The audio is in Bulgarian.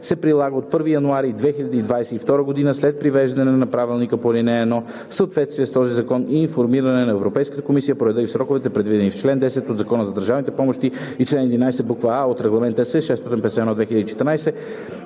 се прилага от 1 януари 2022 г. след привеждане на правилника по ал. 1 в съответствие с този закон и информиране на Европейската комисия по реда и в сроковете, предвидени в чл. 9 от Закона за държавните помощи и чл. 11, буква „а“ от Регламент (ЕС) № 651/2014.“